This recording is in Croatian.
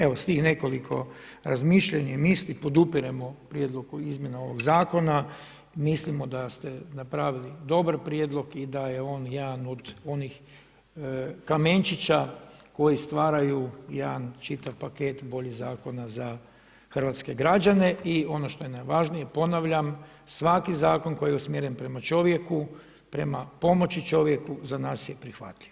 Evo, s tih nekoliko razmišljanja i misli podupiremo Prijedlog o izmjeni ovog Zakona, mislimo da ste napravili dobar prijedlog i da je on jedan od onih kamenčića koji stvaraju jedan čitav paket boljih zakona za hrvatske građane i ono što je najvažnije, ponavljam, svaki zakon koji je usmjeren prema čovjeku, prema pomoći čovjeku za nas je prihvatljiv.